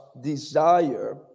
desire